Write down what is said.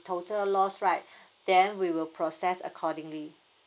total loss right then we will process accordingly